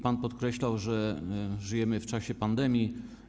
Pan podkreślał, że żyjemy w czasie pandemii.